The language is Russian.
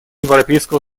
европейского